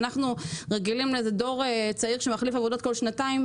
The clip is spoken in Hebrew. אנחנו רגילים לאיזה דור צעיר שמחליף עבודות כל שנתיים,